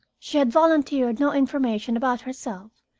she had volunteered no information about herself,